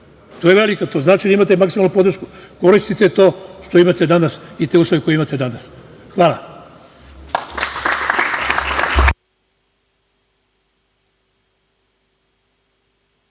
to je velika stvar. To znači da imate maksimalnu podršku. Koristite to što imate danas i te uslove koje imate danas. Hvala.